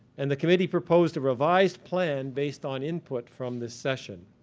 and the committee proposed a revised plan based on input from this session.